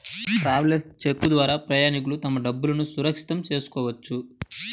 travellers cheque ద్వారా ప్రయాణికులు తమ డబ్బులును సురక్షితం చేసుకోవచ్చు